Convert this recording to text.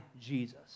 Jesus